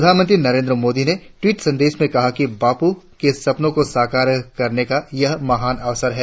प्रधानमंत्री नरेंद्र मोदी ने ट्वीट संदेश में कहा कि बापू के सपनों को साकार करने का यह महान अवसर है